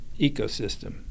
ecosystem